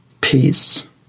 Peace